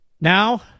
Now